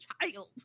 child